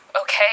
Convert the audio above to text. okay